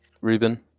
Reuben